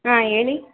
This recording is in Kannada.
ಹಾಂ ಹೇಳಿ